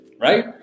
right